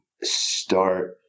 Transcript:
start